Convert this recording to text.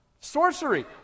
Sorcery